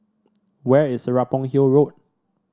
where is Serapong Hill Road